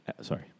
sorry